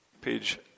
page